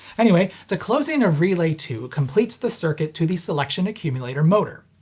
anyway, the closing of relay two completes the circuit to the selection accumulator motor.